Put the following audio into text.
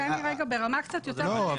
תן לי רגע ברמה קצת יותר כללית,